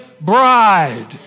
bride